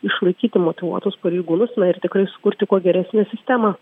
išlaikyti motyvuotus pareigūnus ir tikrai sukurti kuo geresnę sistemą